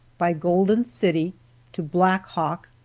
by golden city to blackhawk,